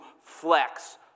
flex